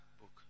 book